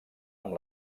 amb